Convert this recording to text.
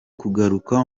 kugaruka